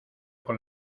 con